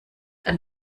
ein